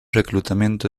reclutamiento